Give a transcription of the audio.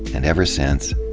and ever since,